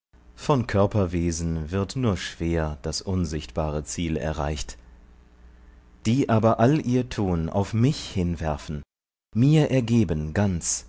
von körperwesen wird nur schwer das unsichtbare ziel erreicht die aber all ihr tun auf mich hinwerfen mir ergeben ganz